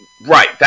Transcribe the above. Right